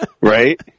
Right